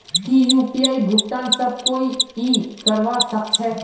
की यु.पी.आई भुगतान सब कोई ई करवा सकछै?